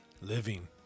living